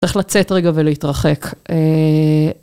צריך לצאת רגע ולהתרחק.